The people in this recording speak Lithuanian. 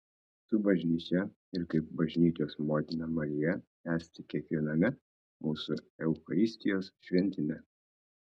su bažnyčia ir kaip bažnyčios motina marija esti kiekviename mūsų eucharistijos šventime